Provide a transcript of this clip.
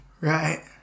right